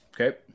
Okay